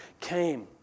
came